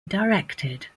directed